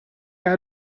out